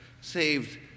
saved